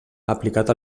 aplicat